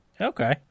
okay